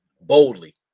boldly